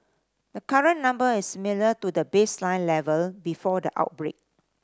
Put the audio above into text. the current number is similar to the baseline level before the outbreak